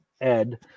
Ed